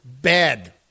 Bad